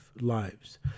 lives